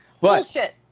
Bullshit